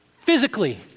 physically